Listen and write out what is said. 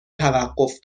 توقف